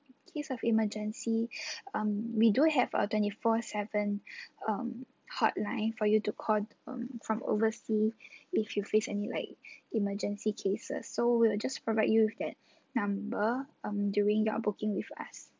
in case of emergency um we do have our twenty four seven um hotline for you to call um from oversea if you face any like emergency cases so we'll just provide you with that number um during your booking with us